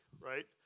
right